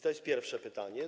To jest pierwsze pytanie.